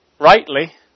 rightly